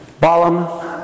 Balaam